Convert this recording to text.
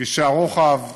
כבישי הרוחב,